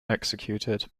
executed